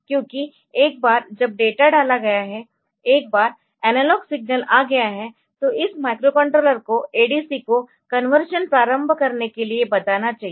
क्योंकि एक बार जब डेटा डाला गया है एक बार एनालॉग सिग्नल आ गया है तो इस माइक्रोकंट्रोलर को ADC को कन्वर्शन प्रारंभ करने के लिए बताना चाहिए